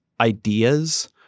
ideas